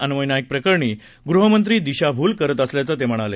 अन्वय नाईक प्रकरणी गृहमंत्री दिशाभूल करत असल्याचं ते म्हणाले